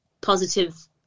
positive